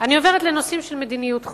אני עוברת לנושאים של מדיניות חוץ.